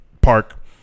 park